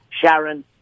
Sharon